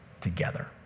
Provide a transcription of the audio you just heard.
together